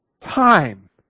time